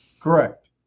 Correct